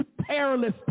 perilous